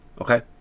Okay